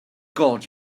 god